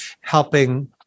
helping